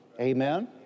amen